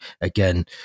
again